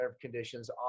conditions